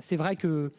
C'est vrai que.